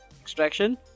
Extraction